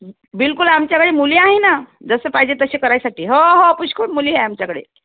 बिल्कुल आमच्याकडे मुली आहे ना जसं पाहिजे तसे करायसाठी हो हो पुष्कळ मुली आहे आमच्याकडे